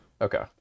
okay